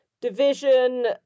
division